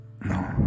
No